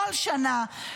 כל שנה,